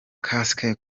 kasike